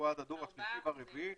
במסעדות.